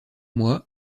mois